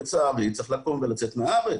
לצערי צריך לקום ולצאת מהארץ,